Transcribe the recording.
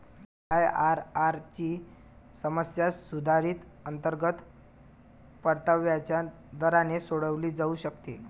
IRR ची समस्या सुधारित अंतर्गत परताव्याच्या दराने सोडवली जाऊ शकते